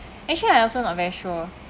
actually I also not very sure